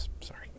sorry